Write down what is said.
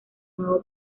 nuevo